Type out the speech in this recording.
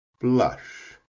blush